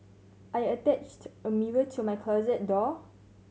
I attached a mirror to my closet door